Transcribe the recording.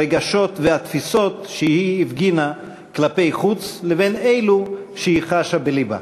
הרגשות והתפיסות שהיא הפגינה כלפי חוץ לבין אלו שהיא חשה בלבה.